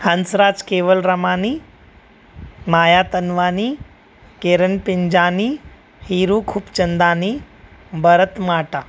Hansraj Kewalramani Maya Tanwani Kiran Pinjani Hiru Khubchandani Bharat Matta